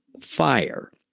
fire